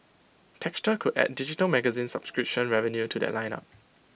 texture could add digital magazine subscription revenue to that line up